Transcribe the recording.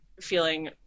feeling